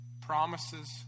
promises